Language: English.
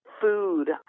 food